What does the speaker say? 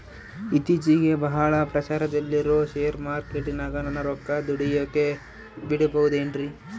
ಇತ್ತೇಚಿಗೆ ಬಹಳ ಪ್ರಚಾರದಲ್ಲಿರೋ ಶೇರ್ ಮಾರ್ಕೇಟಿನಾಗ ನನ್ನ ರೊಕ್ಕ ದುಡಿಯೋಕೆ ಬಿಡುಬಹುದೇನ್ರಿ?